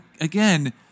again